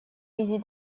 визит